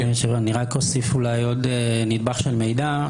אני רק אוסיף אולי עוד נדבך של מידע.